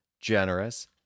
generous